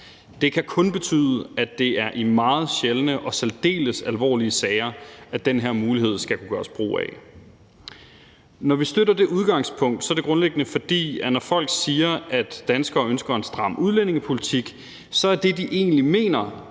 Det kan kun betyde, at det er i meget sjældne og særdeles alvorlige sager, at der skal kunne gøres brug af den her mulighed. Når vi støtter det udgangspunkt, er det grundlæggende, fordi når folk siger, at danskerne ønsker en stram udlændingepolitik, er det, de egentlig mener,